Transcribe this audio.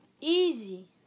Easy